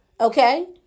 Okay